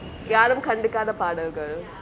யாரு கண்டுக்காத பாடல்கள்:yaaru kandukaathe paadalgal